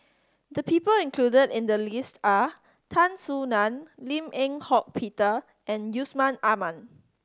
the people included in the list are Tan Soo Nan Lim Eng Hock Peter and Yusman Aman